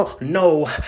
No